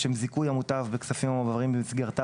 לשם זיכוי המוטב בכספים המועברים במסגרתה,